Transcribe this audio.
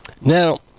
Now